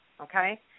okay